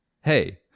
hey